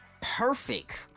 perfect